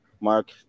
mark